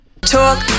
Talk